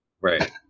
Right